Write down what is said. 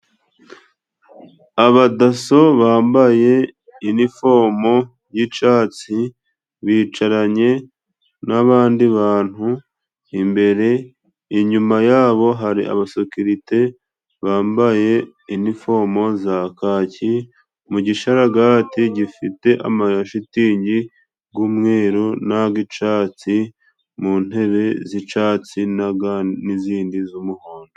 Abadasso bambaye inifomo y'icatsi bicaranye n'abandi bantu imbere ,inyuma yabo hari abasekerite bambaye inifomo za kaki mu gishararaga gifite amashitingi g'umweru nag'icatsi, mu ntebe z'icatsi n'izindi z'umuhondo.